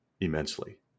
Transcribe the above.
immensely